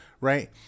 right